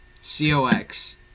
C-O-X